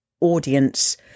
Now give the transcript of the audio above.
audience